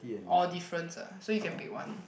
or difference ah so you can pick one